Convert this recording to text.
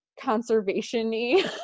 conservation-y